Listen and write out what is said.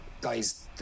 guys